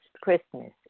Christmas